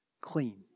clean